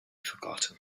forgotten